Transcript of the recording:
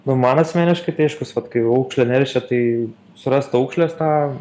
nu man asmeniškai tai aiškus vat kai aukšlė neršia tai surast aukšlės tą